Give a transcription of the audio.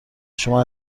شما